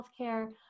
healthcare